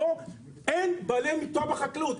פה אין בעלי מקצוע בחקלאות,